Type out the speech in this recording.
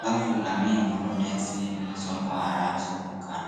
bavura amenyo ndetse n'izo ndwara zo mu kanwa.